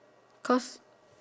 cause